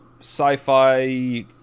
sci-fi